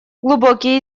глубокие